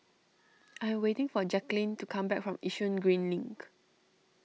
I waiting for Jacquelynn to come back from Yishun Green Link